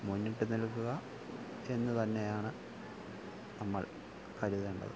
മുന്നിട്ടു നിൽക്കുക എന്നു തന്നെയാണ് നമ്മൾ കരുതേണ്ടത്